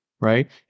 right